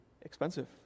expensive